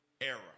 era